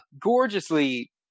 gorgeously